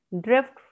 drift